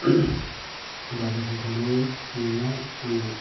बाजारफ्राव थांबाबो नुला आं